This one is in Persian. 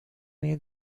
این